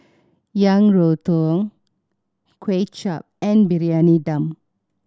Yang Rou Tang Kway Chap and Briyani Dum